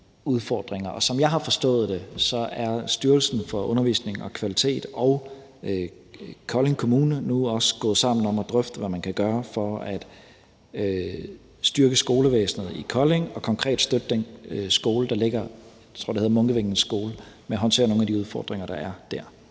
og som jeg har forstået det, er Styrelsen for Undervisning og Kvalitet og Kolding Kommune nu også gået sammen om at drøfte, hvad man kan gøre for at styrke skolevæsenet i Kolding og konkret støtte den skole, der ligger der – jeg tror, den hedder Munkevængets Skole – i at håndtere nogle af de udfordringer, der er der.